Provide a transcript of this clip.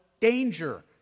danger